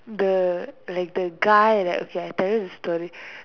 the like the guy like okay I tell you the story